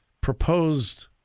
proposed